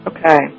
Okay